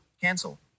Cancel